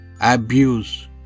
abuse